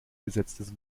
besetztes